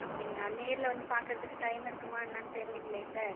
அப்படிங்களா நேரில் வந்து பார்க்கறதுக்கு டைம் இருக்குமா என்னன்னு தெரியிலிங்களே சார்